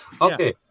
okay